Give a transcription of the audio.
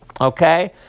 okay